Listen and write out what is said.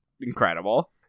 Incredible